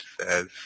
says